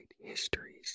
Histories